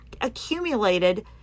accumulated